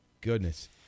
goodness